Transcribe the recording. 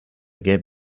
get